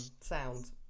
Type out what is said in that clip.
sound